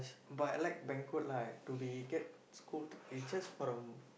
but I like banquet lah to be get scold is just for a